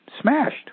smashed